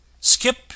skip